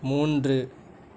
மூன்று